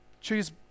choose